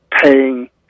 paying